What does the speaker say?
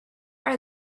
are